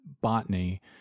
botany